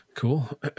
Cool